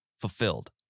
fulfilled